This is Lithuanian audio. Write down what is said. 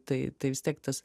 tai tai vis tiek tas